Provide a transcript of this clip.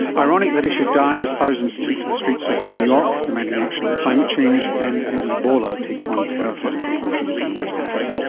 ironic that he should die as thousands took to the streets of new york demanding action on climate change and as ebola takes on terrifying proportions in west africa